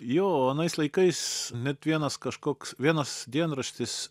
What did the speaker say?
jo anais laikais net vienas kažkoks vienas dienraštis